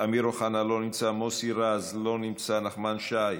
אמיר אוחנה, לא נמצא, מוסי רז, לא נמצא, נחמן שי,